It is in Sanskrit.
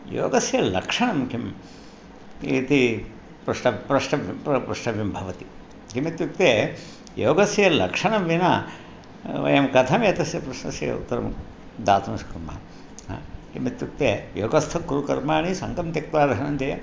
योगस्य लक्षणं किम् इति पृष्ट प्रष्टव्यं प्र प्रष्टव्यं भवति किमित्युक्ते योगस्य लक्षणं विना वयं कथमेतस्य प्रश्नस्य उत्तरं दातुं शक्नुमः हा किमित्युक्ते योगस्थ कुरु कर्माणि सङ्गं त्यक्त्वा धनञ्जय